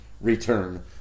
return